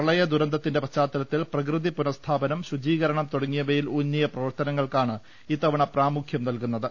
പ്രളയദുരന്തത്തിന്റെ പശ്ചാത്തലത്തിൽ പ്രകൃതി പുനഃസ്ഥാപനം ശുചീകരണം തുടങ്ങിയവയിൽ ഊന്നിയ പ്രവർത്തനങ്ങൾക്കാണ് ഇത്തവണ പ്രാമുഖ്യം നൽകു ന്നത്